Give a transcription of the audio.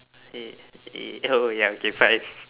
hey eh oh ya okay fine